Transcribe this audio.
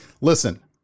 Listen